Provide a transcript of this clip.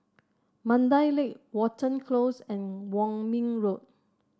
Mandai Lake Watten Close and Kwong Min Road